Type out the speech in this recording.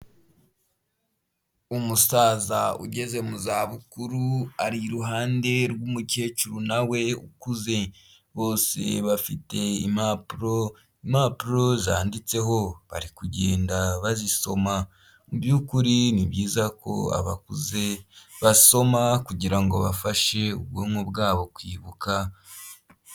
Umusaza ugeze mu za bukuru ari iruhande rw'umukecuru nawe ukuze bose bafite impapuro impapuro zanditseho bari kugenda bazisoma, mu bykuri ni byiza ko abakuze basoma kugirango ngo bafashe ubwonko bwabo kwibuka.